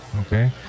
okay